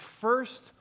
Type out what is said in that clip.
first